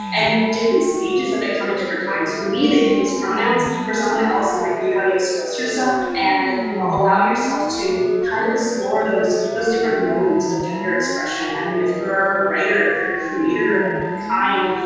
and different stages of it come at different times. for me, the in was pronouns. for someone else, it might be how you express yourself and you know allow yourself to kind of explore those those different modes of gender expression. i mean, if you're a writer, if you're a creator of any kind,